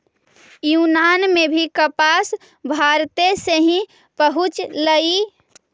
यूनान में भी कपास भारते से ही पहुँचलई